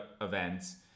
events